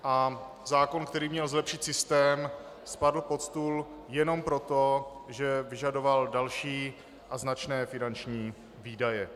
A zákon, který měl zlepšit systém, spadl pod stůl jenom proto, že vyžadoval další a značné finanční výdaje.